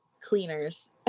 cleaners